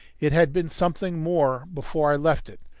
it had been something more before i left it,